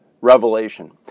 revelation